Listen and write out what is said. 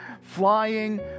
flying